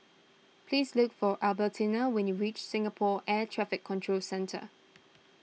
please look for Albertina when you reach Singapore Air Traffic Control Centre